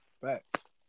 Facts